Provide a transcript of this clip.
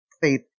Faith